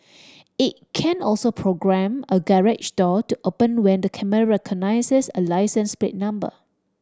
it can also programme a garage door to open when the camera recognises a license plate number